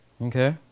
Okay